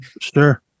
Sure